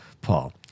Paul